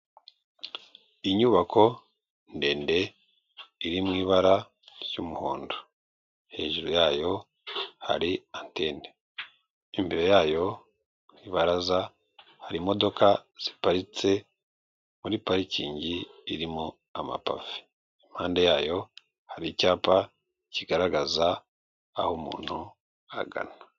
Inyubako ndende iri mu ibara ry'umuhondo hejuru yayo hari antene, imbere yayo ku ibaraza hari imodoka ziparitse muri parikingi irimo amapave, impande yayo hari icyapa kigaragaza aho umuntu agana.